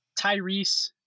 Tyrese